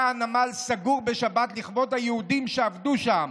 הנמל סגור בשבת לכבוד היהודים שעבדו שם.